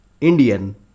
Indian